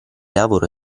lavoro